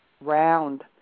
round